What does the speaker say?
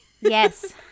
Yes